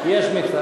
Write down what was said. יש מכסה.